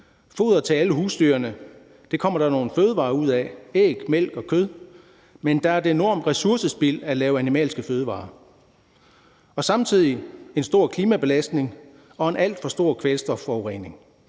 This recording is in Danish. Foder til alle husdyrene kommer der nogle fødevarer ud af – æg, mælk og kød – men der er et enormt ressourcespild ved at lave animalske fødevarer og samtidig en stor klimabelastning og en alt for stor kvælstofforurening,